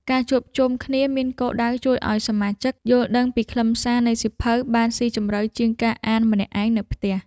ការជួបជុំគ្នាមានគោលដៅជួយឱ្យសមាជិក យល់ដឹងពីខ្លឹមសារនៃសៀវភៅបានស៊ីជម្រៅជាងការអានម្នាក់ឯងនៅផ្ទះ។